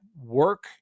work